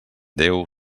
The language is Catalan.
déu